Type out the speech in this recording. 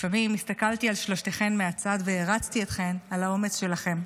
לפעמים הסתכלתי על שלושתכן מהצד והערצתי אתכן על האומץ שלכן,